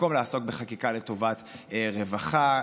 במקום לעסוק בחקיקה לטובת רווחה,